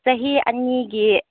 ꯆꯍꯤ ꯑꯅꯤꯒꯤ